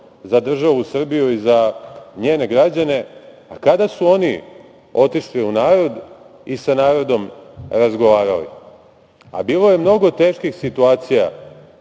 za državu Srbiju i z a njene građane, a kada su oni otišli u narod i sa narodom razgovarali? Bilo je mnogo teških situacija